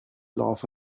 laugh